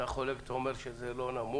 אתה, אפי אומר שזה לא כך.